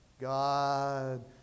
God